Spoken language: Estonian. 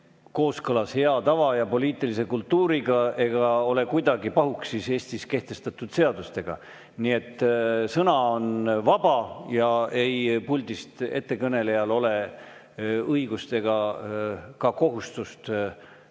kooskõlas hea tava ja poliitilise kultuuriga ega ole kuidagi pahuksis Eestis kehtestatud seadustega. Nii et sõna on vaba ja puldist kõnelejal ole õigust ega ka kohustust kutsuda